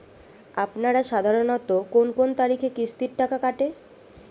আপনারা সাধারণত কোন কোন তারিখে কিস্তির টাকা কাটে?